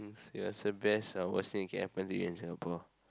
what's the best or worst thing that can happen to you in Singapore